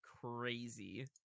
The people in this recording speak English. crazy